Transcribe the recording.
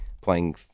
playing